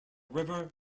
river